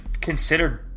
considered